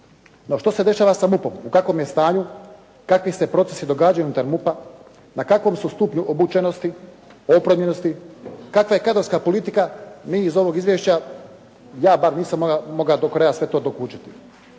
No što se dešava sa MUP-om u kakvom je stanju kakvi se procesi događaju unutar MUP-a na kakvom su stupnju obučenosti, opremljenosti, kakva je kadrovska politika, mi iz ovog izvješća, ja bar nisam mogao do kraja sve to dokučiti.